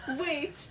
Wait